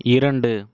இரண்டு